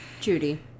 judy